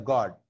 God